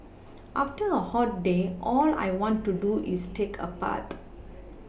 after a hot day all I want to do is take a bath